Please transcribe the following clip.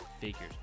figures